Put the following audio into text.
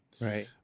Right